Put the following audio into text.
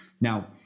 Now